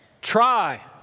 Try